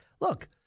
Look